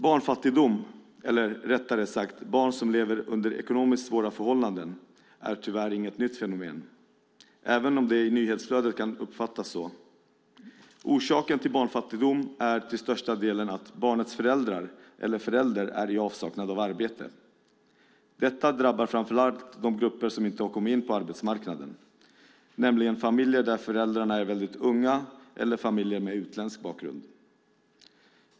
Barnfattigdom - eller rättare sagt barn som lever under ekonomiskt svåra förhållanden - är tyvärr inget nytt fenomen, även om det i nyhetsflödet kan uppfattas så. Orsaken till barnfattigdom är till största delen att barnets föräldrar eller förälder är i avsaknad av arbete. Detta drabbar framför allt de grupper som inte har kommit in på arbetsmarknaden, nämligen familjer där föräldrarna är väldigt unga eller familjer med utländsk bakgrund.